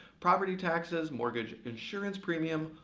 property taxes, mortgage insurance premiums,